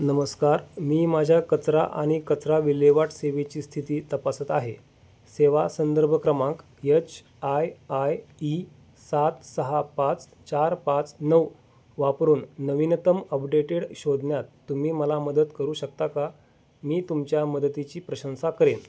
नमस्कार मी माझ्या कचरा आणि कचरा विल्हेवाट सेवेची स्थिती तपासत आहे सेवा संदर्भ क्रमांक यच आय आय ई सात सहा पाच चार पाच नऊ वापरून नवीनतम अपडेटेड शोधण्यात तुम्ही मला मदत करू शकता का मी तुमच्या मदतीची प्रशंसा करेन